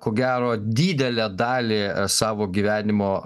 ko gero didelę dalį savo gyvenimo